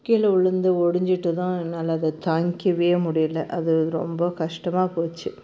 கீழே உழுந்து ஒடிஞ்சுட்டதும் என்னால் அதை தாங்கிக்கவே முடியல அது ரொம்ப கஷ்டமாக போச்சு